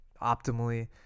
optimally